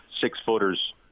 six-footers